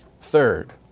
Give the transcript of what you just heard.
Third